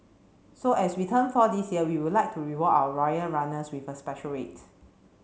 so as we turn four this year we would like to reward our loyal runners with a special rate